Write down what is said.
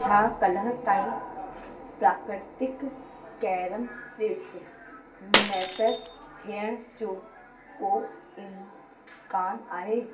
छा कल्ह ताईं प्राकृतिक कैरम सीड्स मैसर थियण जो को इम्कान आहे